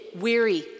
weary